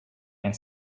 and